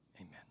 Amen